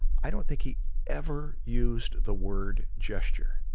i don't think he ever used the word gesture.